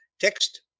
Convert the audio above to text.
text